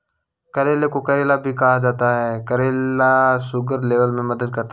करेले को करेला भी कहा जाता है करेला शुगर लेवल में मदद करता है